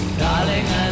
darling